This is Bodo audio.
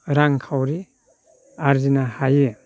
रांखावरि आरजिनो हायो